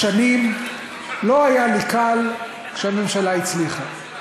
שנים לא היה לי קל כשהממשלה הצליחה,